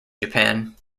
japan